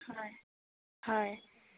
হয় হয়